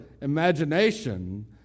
imagination